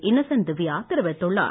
Innocent Divya தெரிவித்துள்ளார்